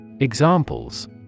Examples